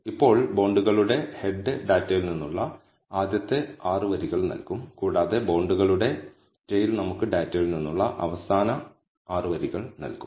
ഇപ്പോൾ ബോണ്ടുകളുടെ ഹെഡ് ഡാറ്റയിൽ നിന്നുള്ള ആദ്യത്തെ 6 വരികൾ നൽകും കൂടാതെ ബോണ്ടുകളുടെ ടെയിൽ നമുക്ക് ഡാറ്റയിൽ നിന്നുള്ള അവസാന 6 വരികൾ നൽകും